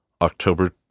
October